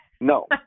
No